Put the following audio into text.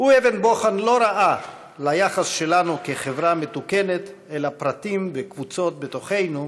הוא אבן בוחן לא רעה ליחס שלנו כחברה מתוקנת אל פרטים וקבוצות בתוכנו,